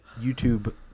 YouTube